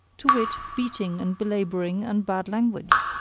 to wit, beating and belabouring and bad language.